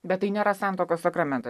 bet tai nėra santuokos sakramentas